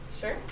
Sure